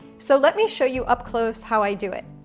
so, let me show you up close how i do it.